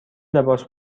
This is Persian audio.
لباس